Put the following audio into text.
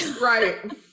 right